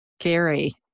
Gary